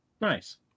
Nice